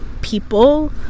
people